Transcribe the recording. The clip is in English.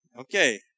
Okay